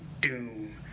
doom